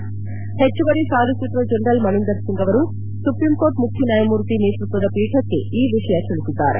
ಪೆಚ್ಚುವರಿ solicitor general Maninder Singh ಅವರು supreme court ಮುಖ್ಯ ನ್ನಾಯಮೂರ್ತಿ ನೇತೃತ್ವದ ಪೀಠಕ್ಕೆ ಈ ವಿಷಯ ತಿಳಿಸಿದ್ದಾರೆ